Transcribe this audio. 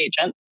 agent